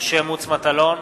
משה מטלון,